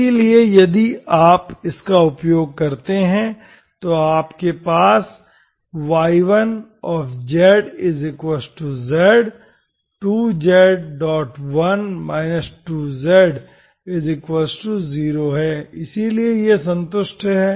इसलिए यदि आप इसका उपयोग करते हैं तो आपके पास y1zz ⇒ 2z1 2z0 है इसलिए यह संतुष्ट है